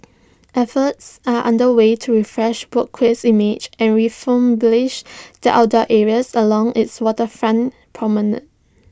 efforts are under way to refresh boat Quay's image and refurbish the outdoor areas along its waterfront promenade